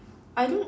I don't